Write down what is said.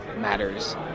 matters